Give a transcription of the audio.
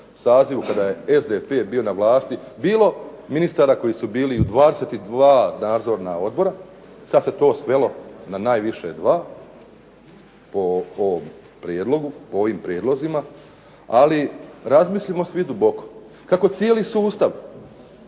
sazivu, kada je SDP-e bio na vlasti, bilo ministara koji su bili i u 22 nadzorna odbora. Sada se to svelo na najviše dva, po ovim prijedlozima. Ali razmislimo svi duboko, kako cijeli sustav